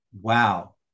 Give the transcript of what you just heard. wow